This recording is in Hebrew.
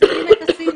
מסבסדים את הסינים.